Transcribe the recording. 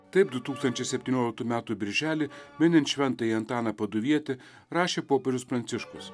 taip du tūkstančiai septynioliktų metų birželį minint šventąjį antaną paduvietį rašė popiežius pranciškus